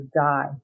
die